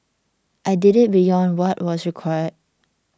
I did it beyond what was required